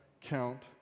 count